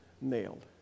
nailed